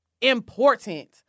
Important